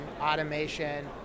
automation